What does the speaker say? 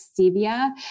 stevia